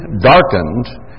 darkened